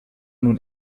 nun